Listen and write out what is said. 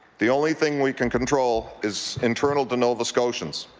the only thing we can control is internal to nova scotians.